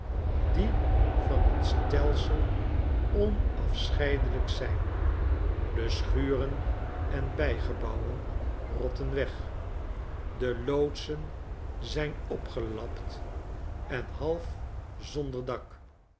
die van t stelsel onafscheidelijk zijn de schuren en bijgebouwen rotten weg de loodsen zijn opgelapt en half zonder dak